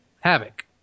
Havoc